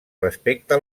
respecte